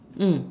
mm